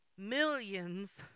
Millions